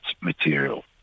material